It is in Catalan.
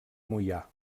moià